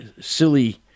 silly